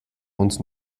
uns